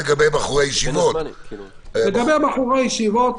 לגבי בחורי הישיבות,